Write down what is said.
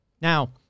Now